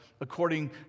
according